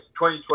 2020